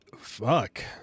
fuck